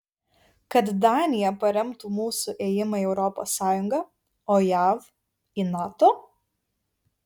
kad danija paremtų mūsų ėjimą į europos sąjungą o jav į nato